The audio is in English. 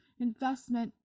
investment